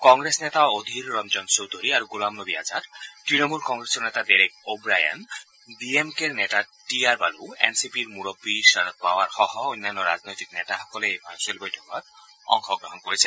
কংগ্ৰেছ নেতা অধিৰৰঞ্জন চৌধুৰী আৰু গোলাম নবী আজাদ তৃণমূল কংগ্ৰেছৰ নেতা ডেৰেক অ' ব্ৰায়ন ডি এম কেৰ নেতা টি আৰ বালু এন চি পিৰ মুৰববী শৰদ পাৱাৰসহ অন্যান্য ৰাজনৈতিক নেতাসকলে এই ভাৰ্ছুৱেল বৈঠকত অংশগ্ৰহণ কৰিছে